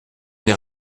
n’ai